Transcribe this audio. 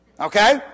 Okay